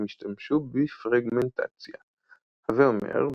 הם השתמשו בפרגמנטציה – הווה אומר,